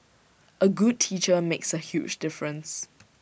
A good teacher makes A huge difference